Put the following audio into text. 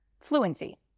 fluency